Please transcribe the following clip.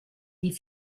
die